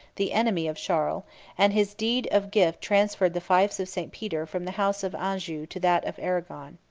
the enemy of charles and his deed of gift transferred the fiefs of st. peter from the house of anjou to that of arragon.